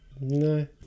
No